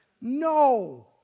No